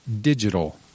digital